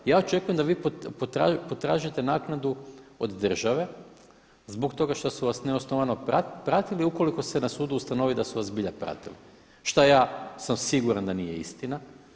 Ja očekujem da vi potražujete naknadu od države zbog toga što su vas neosnovano pratili ukoliko se na sudu ustanovi da su vas zbilja pratili, šta ja sam siguran da nije istina.